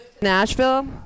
Nashville